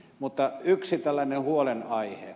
mutta yksi tällainen huolenaihe